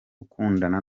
ukundana